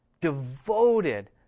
Devoted